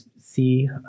see